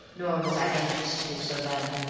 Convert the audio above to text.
nor was i anxious to do so then.